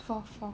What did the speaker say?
fourth fourth